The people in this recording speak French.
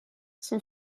son